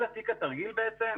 כל תיק התרגיל הוא